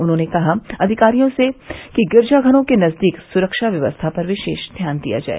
उन्होंने कहा अधिकारियों से कहा कि गिरजाघरों के नजदीक सुरक्षा व्यवस्था पर विशेष ध्यान दिया जाए